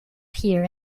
here